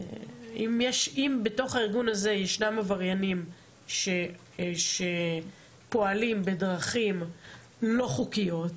אם בתוך הארגון הזה ישנם עבריינים שפועלים בדרכים לא חוקיות,